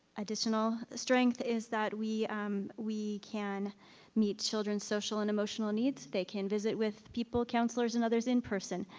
additional strength is that we um we can meet children's social and emotional needs, they can visit with people, counselors, and others in-person.